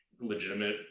legitimate